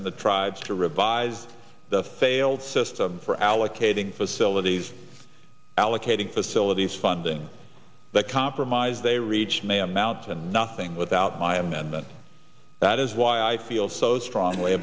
in the tribes to revise the failed system for allocating facilities allocating facilities funding the compromise they reached may amount to nothing without my amendment that is why i feel so strongly